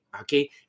okay